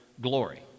glory